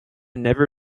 never